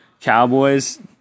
Cowboys